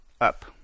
Up